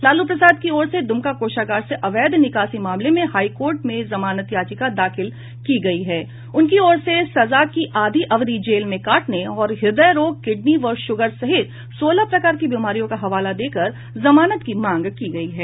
लालू प्रसाद की ओर से दुमका कोषागार से अवैध निकासी मामले में हाईकोर्ट में जमानत याचिका दाखिल की गई है उनकी ओर से सजा की आधी अवधि जेल में काटने और हृदय रोग किडनी व शुगर सहित सोलह प्रकार की बीमारियों का हवाला देकर जमानत की मांग की गयी है